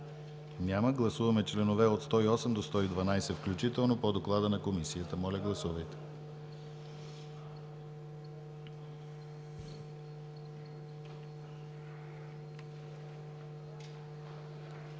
Няма. Гласуваме членове от 108 до 112 включително по доклада на Комисията. Гласували